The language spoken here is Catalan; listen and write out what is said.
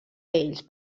ells